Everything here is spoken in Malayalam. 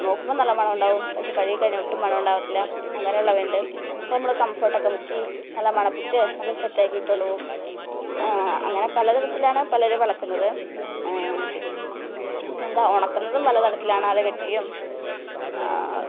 നോക്കുമ്പം നല്ല മണം ഉണ്ടാവും പക്ഷേ കഴുകിക്കഴിഞ്ഞാൽ ഒട്ടും മണം ഉണ്ടാവത്തില്ല അങ്ങനെയുള്ളവയുണ്ട് അപ്പം നമ്മൾ കംഫർട്ട് ഒക്കെ മുക്കി നല്ല മണപ്പിച്ച് നല്ല സെറ്റ് ആക്കി ഇട്ടുകൊണ്ട് പോവും അങ്ങനെ പല തരത്തിലാണ് പലരും അലക്കുന്നത് പിന്നെ എന്താണ് ഉണക്കുന്നതും പല തരത്തിലാണ് അഴ കെട്ടിയും